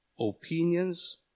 opinions